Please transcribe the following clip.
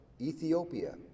Ethiopia